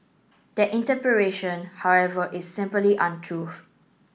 that however is simply untrue